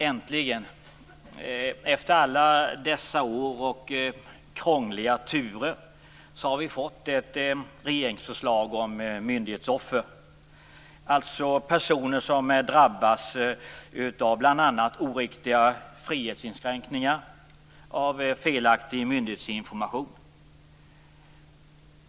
Fru talman! Äntligen - efter alla dessa år och krångliga turer - har vi fått ett regeringsförslag om myndighetsoffer, dvs. personer som drabbats bl.a. av oriktiga frihetsinskränkningar och av felaktig myndighetsinformation.